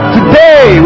Today